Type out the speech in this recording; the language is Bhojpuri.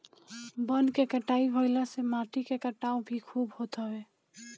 वन के कटाई भाइला से माटी के कटाव भी खूब होत हवे